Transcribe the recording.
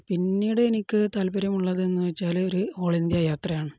പിന്നീട് എനിക്ക് താല്പര്യമുള്ളതെന്നുവച്ചാല് ഒരു ഓൾ ഇന്ത്യ യാത്രയാണ്